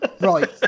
Right